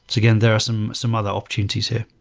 again, there are some some other opportunities here.